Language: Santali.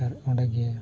ᱟᱨ ᱚᱸᱰᱮᱜᱮ